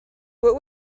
what